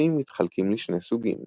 הקלפים מתחלקים לשני סוגים